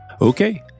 Okay